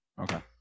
okay